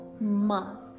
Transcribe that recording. month